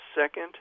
Second